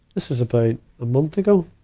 this was about a month ago.